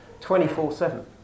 24-7